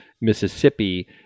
Mississippi